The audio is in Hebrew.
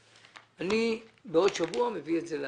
אני בעוד שבוע מביא את זה להצבעה.